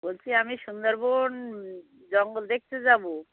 বলছি আমি সুন্দরবন জঙ্গল দেখতে যাব